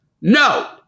No